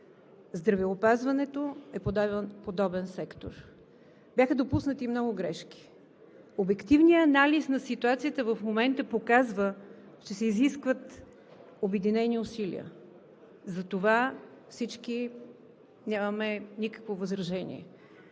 Здравеопазването е подобен сектор. Бяха допуснати много грешки. Обективният анализ на ситуацията в момента показва, че се изискват обединени усилия – за това всички нямаме никакво възражение.